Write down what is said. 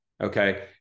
Okay